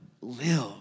live